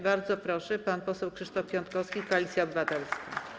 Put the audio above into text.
Bardzo proszę, pan poseł Krzysztof Piątkowski, Koalicja Obywatelska.